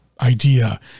idea